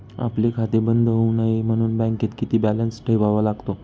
आपले खाते बंद होऊ नये म्हणून बँकेत किती बॅलन्स ठेवावा लागतो?